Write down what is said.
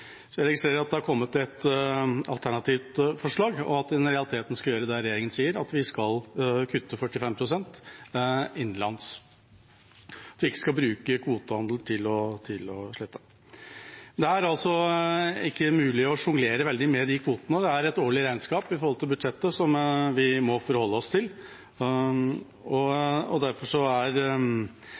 Jeg registrerer at det er kommet et alternativt forslag, og at en i realiteten skal gjøre det regjeringA sier, at vi skal kutte 45 pst. innenlands, og at vi ikke skal bruke kvotehandel til å slette. Det er altså ikke mulig å sjonglere så veldig med de kvotene. Det er et årlig regnskap med tanke på budsjettet som vi må forholde oss til.